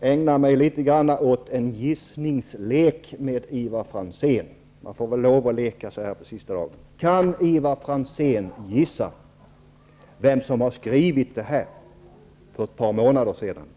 ägna mig litet grand åt en gissningslek med Ivar Franzén. Man får väl lova att leka så här på sista dagen? Kan Ivar Franzén gissa vem som har skrivit det här för ett par månader sedan?